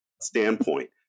standpoint